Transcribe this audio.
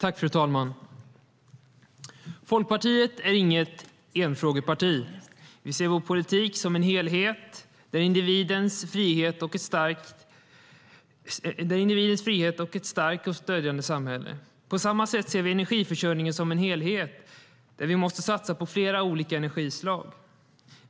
Fru talman! Folkpartiet är inget enfrågeparti. Vi ser vår politik som en helhet för individens frihet och ett starkt och stödjande samhälle. På samma sätt ser vi energiförsörjningen som en helhet där vi måste satsa på flera olika energislag.